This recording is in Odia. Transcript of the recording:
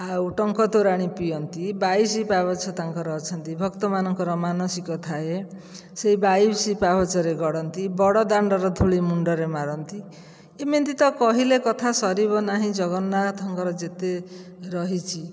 ଆଉ ଟଙ୍କ ତୋରାଣି ପିଅନ୍ତି ବାଇଶି ପାହାଛ ତାଙ୍କର ଅଛନ୍ତି ଭକ୍ତ ମାନଙ୍କର ମାନସିକ ଥାଏ ସେହି ବାଇଶ ପାହାଛରେ ଗଡ଼ନ୍ତି ବଡ଼ଦାଣ୍ଡର ଧୁଳି ମୁଣ୍ଡରେ ମାରନ୍ତି ଏମିତି ତ କହିଲେ କଥା ସରିବ ନାହିଁ ଜଗନ୍ନାଥଙ୍କର ଯେତେ ରହିଛି